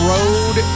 Road